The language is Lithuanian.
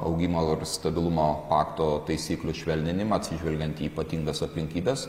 augimo ir stabilumo pakto taisyklių švelninimą atsižvelgiant į ypatingas aplinkybes